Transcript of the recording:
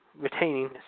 Retaining